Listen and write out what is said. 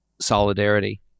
solidarity